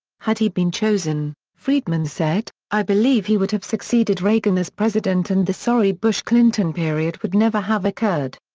had he been chosen, friedman said, i believe he would have succeeded reagan as president and the sorry bush-clinton period would never have occurred.